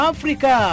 Africa